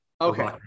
Okay